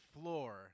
floor